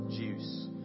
juice